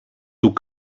του